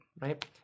Right